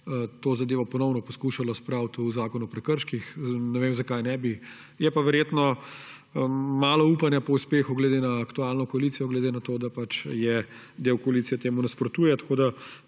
to zadevo ponovno poskušalo spraviti v Zakon o prekrških. Ne vem, zakaj ne bi. Je pa verjetno malo upanja po uspehu glede na aktualno koalicijo, saj del koalicije temu nasprotuje.